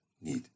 need